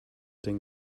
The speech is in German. den